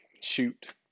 shoot